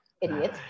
idiot